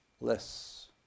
less